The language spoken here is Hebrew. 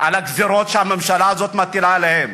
על הגזירות שהממשלה הזאת מטילה עליהם.